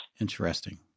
Interesting